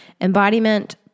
Embodiment